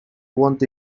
want